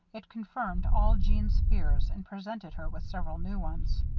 it confirmed all jeanne's fears and presented her with several new ones.